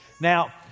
Now